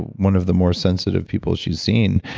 one of the more sensitive people she's seen.